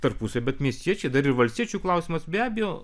tarpusavyje bet miestiečiai dar valstiečių klausimas be abejo